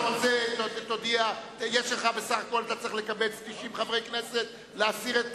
אתה בסך הכול צריך לקבץ 90 חברי כנסת כדי להסיר את